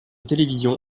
télévision